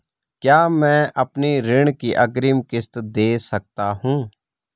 क्या मैं अपनी ऋण की अग्रिम किश्त दें सकता हूँ?